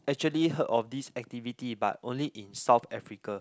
actually heard of this activity but only in South Africa